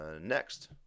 next